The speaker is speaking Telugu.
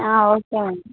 ఓకేనండి